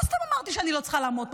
לא סתם אמרתי שאני לא צריכה לעמוד פה.